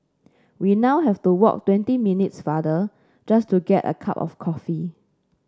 we now have to walk twenty minutes farther just to get a cup of coffee